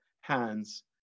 hands